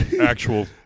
actual